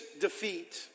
defeat